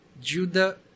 Judah